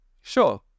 sure